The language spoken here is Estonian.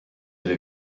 oli